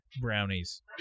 brownies